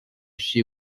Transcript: she